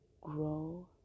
grow